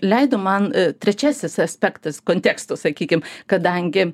leido man trečiasis aspektas kontekstų sakykim kadangi